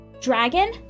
Dragon